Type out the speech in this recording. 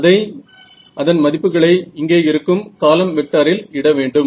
அதை அதன் மதிப்புகளை இங்கே இருக்கும் காலம் வெக்டாரில் இட வேண்டும்